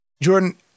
Jordan